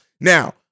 Now